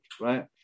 right